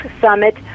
summit